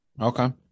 Okay